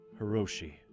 Hiroshi